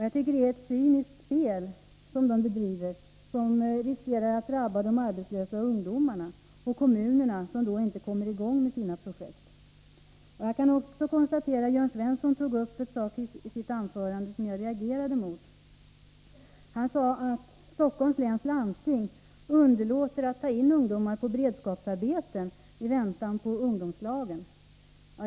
Jag tycker det är ett cyniskt spel som vpk bedriver och som riskerar att drabba de arbetslösa ungdomarna och kommunerna, som då inte kommer i gång med sina projekt. Jörn Svensson tog i sitt anförande upp en sak som jag reagerade mot. Han sade att Stockholms läns landsting underlåter att ta in ungdomar på beredskapsarbeten i väntan på ungdomslagen.